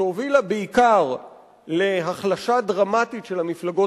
שהובילה בעיקר להחלשה דרמטית של המפלגות